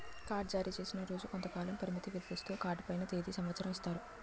card జారీచేసిన రోజు నుంచి కొంతకాల పరిమితిని విధిస్తూ కార్డు పైన తేది సంవత్సరం ఇస్తారు